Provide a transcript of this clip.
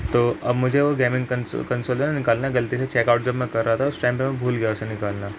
تو اب مجھے وہ گیمنگ کنسول نکالنا ہے غلطی سے چیک آؤٹ جب میں کر رہا تھا تو اس ٹائم پہ میں بھول گیا اسے نکالنا